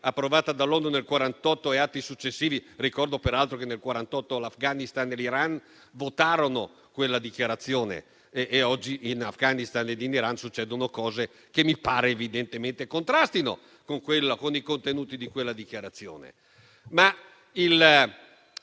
approvata dall'ONU nel 1948 e atti successivi; ricordo, peraltro, che nel 1948 l'Afghanistan e l'Iran votarono quella dichiarazione e oggi in Afghanistan e in Iran succedono cose che evidentemente contrastano con i contenuti di quella dichiarazione.